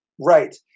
Right